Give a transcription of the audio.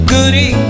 Goody